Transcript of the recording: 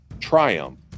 triumph